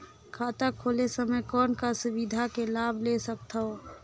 खाता खोले समय कौन का सुविधा के लाभ ले सकथव?